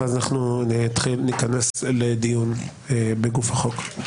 ואז ניכנס לדיון בגוף החוק.